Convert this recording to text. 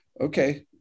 okay